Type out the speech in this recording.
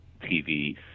TV